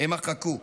הם מחקו,